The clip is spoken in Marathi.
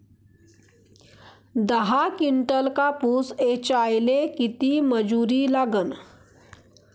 दहा किंटल कापूस ऐचायले किती मजूरी लागन?